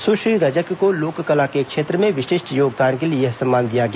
सुश्री रजक को लोक कला के क्षेत्र में विशिष्ट योगदान के लिए यह सम्मान दिया गया